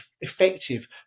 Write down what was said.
effective